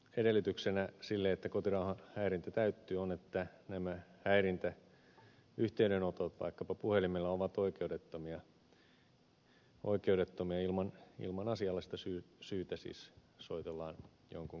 edellytyksenä sille että kotirauhan häirintä täyttyy on että nämä häirintäyhteydenotot vaikkapa puhelimella ovat oikeudettomia ilman asiallista syytä siis soitellaan jonkun kotiin